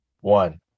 one